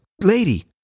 lady